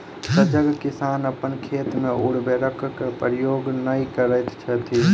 सजग किसान अपन खेत मे उर्वरकक प्रयोग नै करैत छथि